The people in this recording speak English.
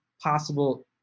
possible